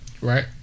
Right